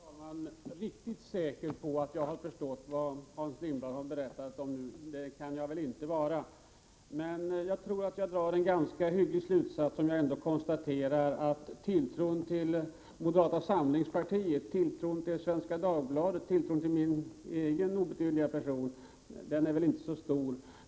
Herr talman! Riktigt säker på att jag har förstått vad Hans Lindblad har berättat kan jag väl inte vara, men jag tror att jag drar en ganska hygglig slutsats om jag konstaterar att tilltron till moderata samlingspartiet, Svenska Dagbladet och min egen obetydliga person inte är så stor hos Hans Lindblad.